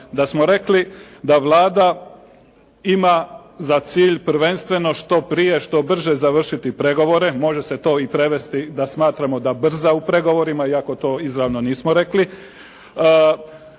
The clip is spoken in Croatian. Da smo rekli da Vlada ima za cilj prvenstveno što prije, što brže završiti pregovore, može se to i prevesti da smatramo da brza u pregovorima, iako to izravno nismo rekli.